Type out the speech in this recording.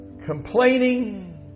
Complaining